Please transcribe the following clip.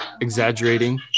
exaggerating